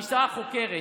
המשטרה חוקרת,